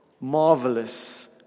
marvelous